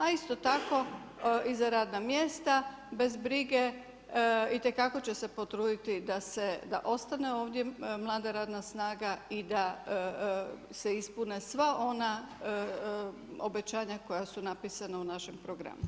A isto tako i za radna mjesta, bez brige itekako će se potruditi, da ostane ovdje radna mlada snaga i da se ispune sva ona obećanja koja su napisana u našem programu.